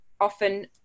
often